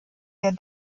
der